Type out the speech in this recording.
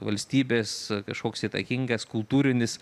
valstybės kažkoks įtakingas kultūrinis